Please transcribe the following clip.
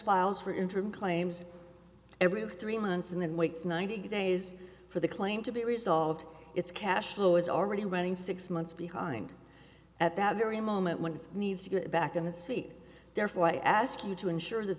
files for interim claims every three months and then waits ninety days for the claim to be resolved its cash flow is already running six months behind at that very moment when he needs to get back in his seat therefore i ask you to ensure that